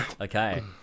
Okay